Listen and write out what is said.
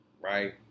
right